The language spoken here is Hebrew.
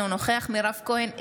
אינו נוכח מירב כהן,